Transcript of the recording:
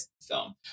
film